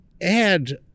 add